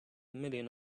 million